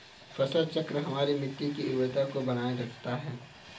फसल चक्र हमारी मिट्टी की उर्वरता को बनाए रखता है